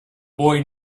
boy